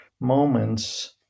moments